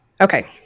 Okay